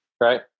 Right